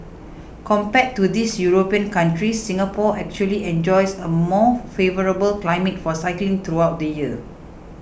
compared to these European countries Singapore actually enjoys a more favourable climate for cycling throughout the year